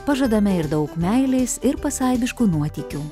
pažadame ir daug meilės ir pasaibiškų nuotykių